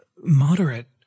moderate